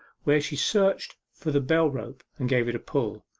where she searched for the bell-rope and gave it a pull.